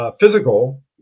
physical